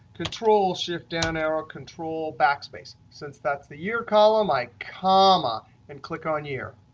control-shift-down arrow, control-backspace. since that's the year column, i comma and click on year.